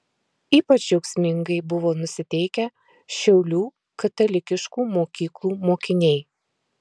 ypač džiaugsmingai buvo nusiteikę šiaulių katalikiškų mokyklų mokiniai